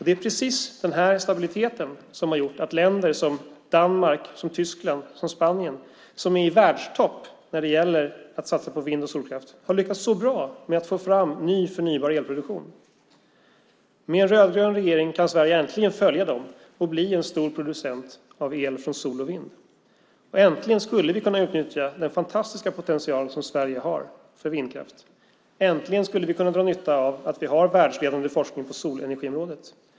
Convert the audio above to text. Det är precis den stabiliteten som har gjort att länder som Danmark, Tyskland och Spanien, som är i världstopp när det gäller att satsa på vind och solkraft, har lyckats så bra med att få fram ny förnybar elproduktion. Med en rödgrön regering kan Sverige äntligen följa dem och bli en stor producent av el från sol och vind. Äntligen skulle vi kunna utnyttja den fantastiska potential som Sverige har för vindkraft. Äntligen skulle vi kunna dra nytta av att vi har världsledande forskning på solenergiområdet.